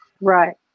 right